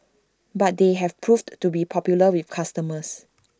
but they have proved to be popular with customers